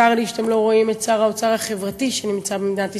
צר לי שאתם לא רואים את שר האוצר החברתי שנמצא במדינת ישראל,